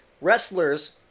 wrestlers